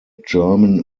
german